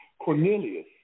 Cornelius